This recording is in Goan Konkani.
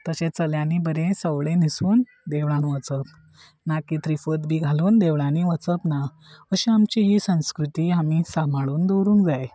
तशे चल्यानी बरें सवळें न्हिसून देवळान वचप ना की थ्रिफोच बी घालून देवळांनी वचप ना अशी आमची ही संस्कृती आमी सांबाळून दवरूंक जाय